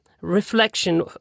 reflection